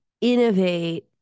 innovate